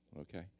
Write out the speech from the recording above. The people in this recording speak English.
okay